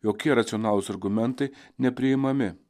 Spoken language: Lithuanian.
jokie racionalūs argumentai nepriimami